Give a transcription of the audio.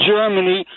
Germany